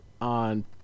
on